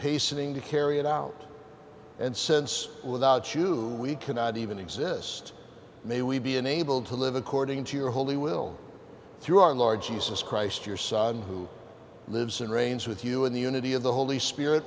hastening to carry it out and sense without you we cannot even exist may we be enabled to live according to your holy will through our large uses christ your son who lives and reigns with you in the unity of the holy spirit